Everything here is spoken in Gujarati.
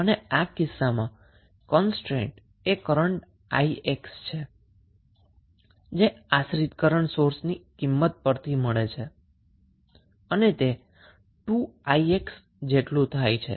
અને આ કિસ્સામાં કન્સ્ટ્રેન્ટ એ કરન્ટ 𝑖𝑥 છે જે ડિપેન્ડન્ટ કરન્ટ સોર્સ ની વેલ્યુ ડિફાઈન કરે છે જે 2𝑖𝑥 છે